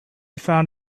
found